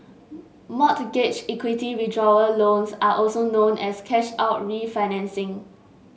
mortgage equity withdrawal loans are also known as cash out refinancing